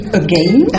again